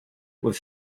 was